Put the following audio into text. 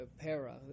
para